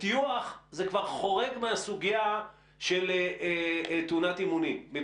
וטיוח כבר חורג מהסוגיה של תאונת אימונים.